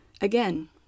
Again